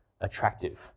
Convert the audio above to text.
attractive